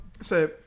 Say